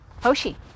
Hoshi